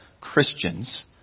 Christians